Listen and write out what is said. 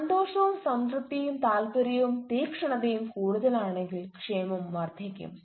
സന്തോഷവും സംതൃപ്തിയും താൽപ്പര്യവും തീക്ഷ്ണതയും കൂടുതലാണെങ്കിൽ ക്ഷേമം വർദ്ധിക്കും